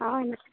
অঁ